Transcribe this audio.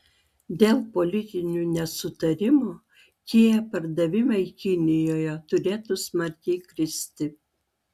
dėl politinių nesutarimų kia pardavimai kinijoje turėtų smarkiai kristi